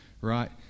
right